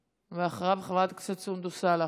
ואחריו, חברת הכנסת סונדוס סאלח.